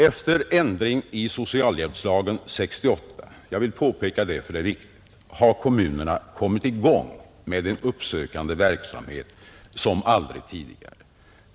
Efter ändringen av socialhjälpslagen 1968 — jag vill påpeka det, för det är viktigt — har kommunerna kommit i gång med en uppsökande verksamhet som aldrig tidigare.